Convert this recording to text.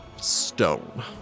stone